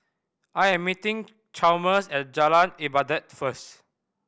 I am meeting Chalmers at Jalan Ibadat first